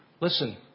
Listen